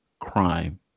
Crime